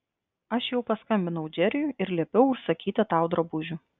aš jau paskambinau džeriui ir liepiau užsakyti tau drabužių